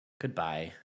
goodbye